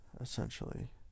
essentially